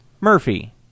Murphy